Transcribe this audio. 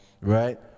right